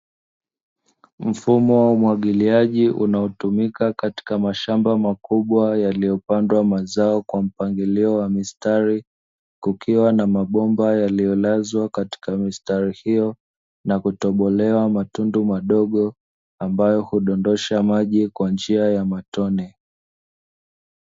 Mfumo wa umwagiliaji unaotumika katika mashamba makubwa, yaliyopandwa mazao kwa mpangilio wa mistari kukiwa na mabomba yaliyolazwa katika mistari hiyo na kutobolewa matundu madogo ambayo hudondosha maji kwa njia ya matone.